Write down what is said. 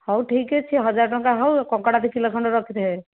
ହେଉ ଠିକ୍ ଅଛି ହଜାର ଟଙ୍କା ହେଉ କଙ୍କଡ଼ା ଦୁଇ କିଲୋ ଖଣ୍ଡେ ରଖିଥିବେ